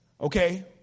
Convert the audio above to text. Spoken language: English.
Okay